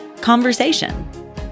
conversation